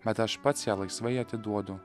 bet aš pats ją laisvai atiduodu